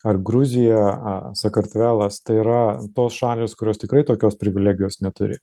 ar gruzija a sakartvelas tai yra tos šalys kurios tikrai tokios privilegijos neturi